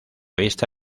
vista